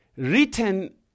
Written